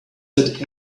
that